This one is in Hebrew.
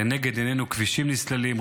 לנגד עינינו כבישים נסללים,